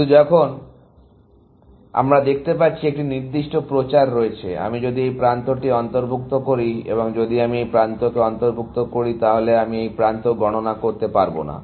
কিন্তু এখন আমরা দেখতে পাচ্ছি যে একটি নির্দিষ্ট প্রচার রয়েছে আমি যদি এই প্রান্তটি অন্তর্ভুক্ত করি এবং যদি আমি এই প্রান্তকে অন্তর্ভুক্ত করি তাহলে আমি এই প্রান্ত গণনা করতে পারবো না